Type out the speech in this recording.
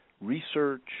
research